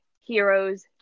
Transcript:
heroes